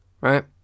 right